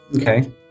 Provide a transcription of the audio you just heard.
Okay